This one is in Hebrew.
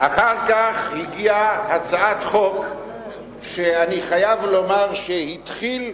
אחר כך הגיעה הצעת חוק שאני חייב לומר שהתחילה